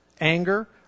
anger